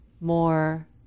more